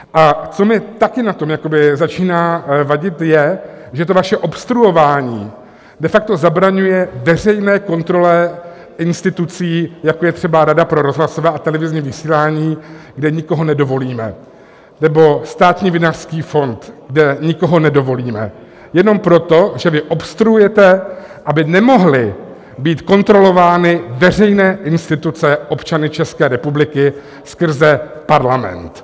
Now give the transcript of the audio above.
A co mi taky na tom začíná vadit, je, že to vaše obstruování de facto zabraňuje veřejné kontrole institucí, jako je třeba Rada pro rozhlasové a televizní vysílání, kde nikoho nedovolíme, nebo Státní vinařský fond, kde nikoho nedovolíme, jenom proto, že vy obstruujete, aby nemohly být kontrolovány veřejné instituce občany České republiky skrze Parlament.